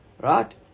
right